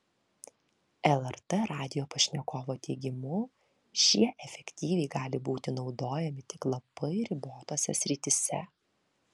lrt radijo pašnekovo teigimu šie efektyviai gali būti naudojami tik labai ribotose srityse